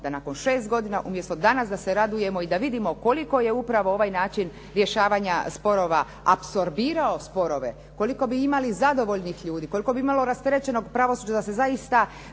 da nakon 6 godina umjesto danas da se radujemo i da vidimo koliko je upravo ovaj način rješavanja sporova apsorbirao sporove, koliko bi imali zadovoljnih ljudi, koliko bi imalo rasterećenog pravosuđa da se zaista